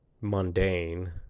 mundane